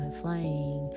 flying